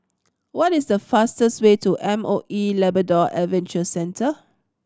what is the fastest way to M O E Labrador Adventure Centre